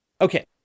Okay